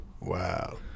wow